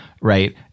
right